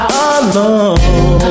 alone